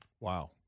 Wow